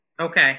Okay